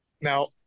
Now